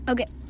Okay